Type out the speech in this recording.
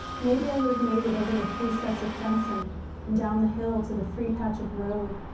maybe i would have made it over the three sets of fencing and down the hill to the free patch of road,